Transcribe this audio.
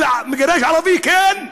אבל מגרש ערבי, כן?